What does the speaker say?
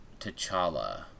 T'Challa